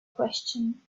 question